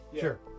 sure